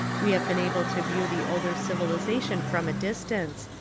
we have been able to view the older civilisation from a distance,